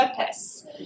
purpose